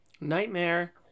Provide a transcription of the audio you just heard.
nightmare